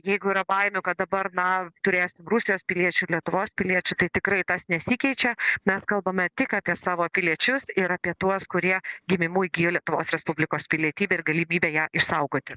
jeigu yra baimių kad dabar na turėsim rusijos piliečių ir lietuvos piliečių tai tikrai tas nesikeičia mes kalbame tik apie savo piliečius ir apie tuos kurie gimimu įgijo lietuvos respublikos pilietybę ir galimybę ją išsaugoti